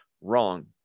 Wrong